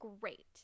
great